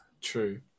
True